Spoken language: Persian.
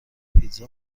پیتزا